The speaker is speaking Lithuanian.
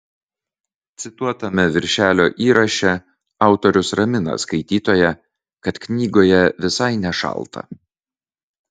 cituotame viršelio įraše autorius ramina skaitytoją kad knygoje visai nešalta